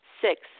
Six